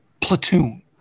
Platoon